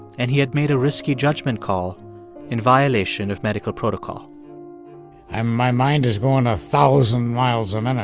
and he had made a risky judgment call in violation of medical protocol ah my mind is going a thousand miles um and